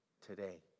today